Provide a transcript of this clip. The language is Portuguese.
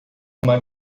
uma